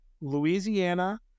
Louisiana